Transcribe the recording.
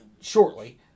Shortly